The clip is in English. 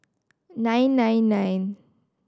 nine nine nine